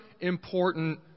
important